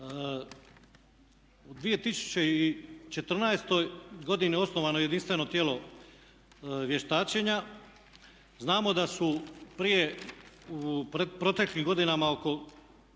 U 2014. godini osnovano je jedinstveno tijelo vještačenja. Znamo da su prije u proteklim godinama oko